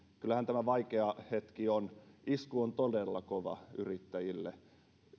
kyllähän tämä vaikea hetki on isku on todella kova yrittäjille